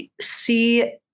see